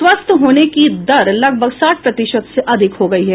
स्वस्थ होने की दर लगभग साठ प्रतिशत से अधिक हो गई है